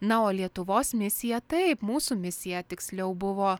na o lietuvos misija taip mūsų misija tiksliau buvo